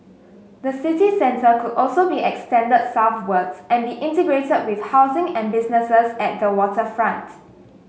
the city centre could also be extended southwards and be integrated with housing and businesses at the waterfront